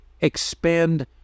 expand